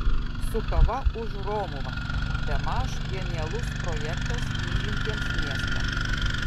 su kava už romuvą bemaž genialus projektas mylintiems miestą